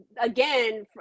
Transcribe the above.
again